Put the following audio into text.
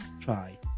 try